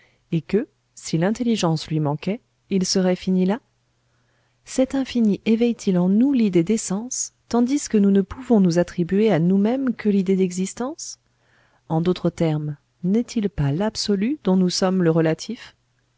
et que si l'intelligence lui manquait il serait fini là cet infini éveille t il en nous l'idée d'essence tandis que nous ne pouvons nous attribuer à nous-mêmes que l'idée d'existence en d'autres termes n'est-il pas l'absolu dont nous sommes le relatif